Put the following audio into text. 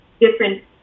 different